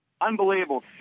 Unbelievable